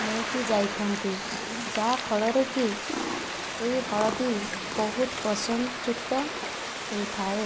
ନେଇକି ଯାଇଥାନ୍ତି ଯାହାଫଳରେ କି ଏହି ହଳଦୀ ବହୁତ ପସନ୍ଦଯୁକ୍ତ ହୋଇଥାଏ